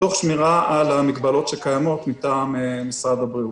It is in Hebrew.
שמירה על המגבלות שקיימות מטעם משרד הבריאות.